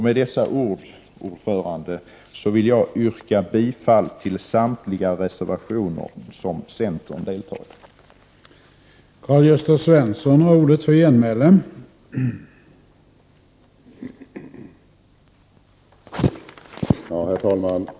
Med dessa ord, herr talman, vill jag yrka bifall till samtliga de reservationer som centern har skrivit under.